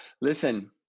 Listen